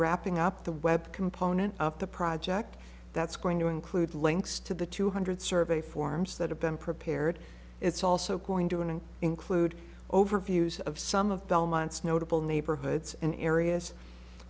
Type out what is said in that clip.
wrapping up the web component of the project that's going to include links to the two hundred survey forms that have been prepared it's also going to and include overviews of some of the elements notable neighborhoods and areas